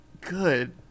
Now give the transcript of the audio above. good